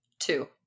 two